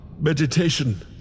Meditation